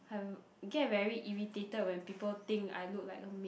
I get very irritated when people think I look like a maid